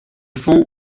fond